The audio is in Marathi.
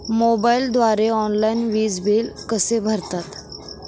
मोबाईलद्वारे ऑनलाईन वीज बिल कसे भरतात?